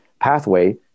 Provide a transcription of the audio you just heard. pathway